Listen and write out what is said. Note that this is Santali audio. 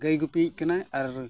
ᱜᱟᱹᱭ ᱜᱩᱯᱤᱭᱤᱡ ᱠᱟᱱᱟᱭ ᱟᱨ